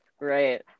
right